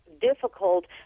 difficult